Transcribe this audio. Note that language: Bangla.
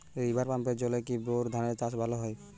রিভার পাম্পের জলে কি বোর ধানের চাষ ভালো হয়?